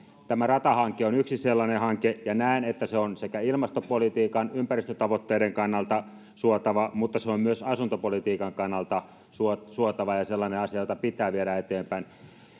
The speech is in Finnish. tämä ratahanke on yksi sellainen hanke ja näen että se on sekä ilmastopolitiikan että ympäristötavoitteiden kannalta suotava mutta se on myös asuntopolitiikan kannalta suotava suotava ja sellainen asia jota pitää viedä eteenpäin